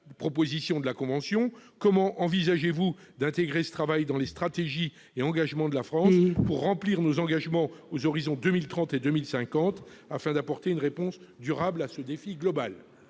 mon cher collègue. Comment envisage-t-il d'intégrer ce travail dans les stratégies et engagements de la France pour remplir nos engagements aux horizons 2030 et 2050, afin d'apporter une réponse durable à ce défi global ?